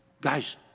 Guys